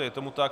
Je tomu tak.